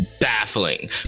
baffling